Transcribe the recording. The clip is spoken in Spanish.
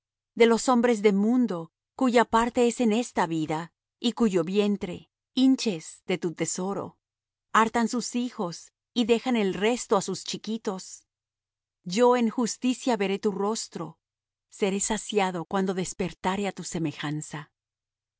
de los hombres de mundo cuya parte es en esta vida y cuyo vientre hinches de tu tesoro hartan sus hijos y dejan el resto á sus chiquitos yo en justicia veré tu rostro seré saciado cuando despertare á tu semejanza